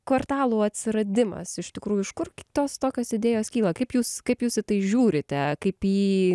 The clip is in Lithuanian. kvartalų atsiradimas iš tikrųjų iš kur tos tokios idėjos kyla kaip jūs kaip jūs į tai žiūrite kaip į